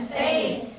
faith